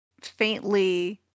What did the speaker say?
faintly